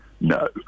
no